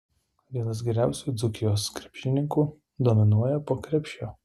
vienas geriausių dzūkijos krepšininkų dominuoja po krepšiu